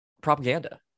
propaganda